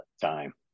time